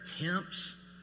attempts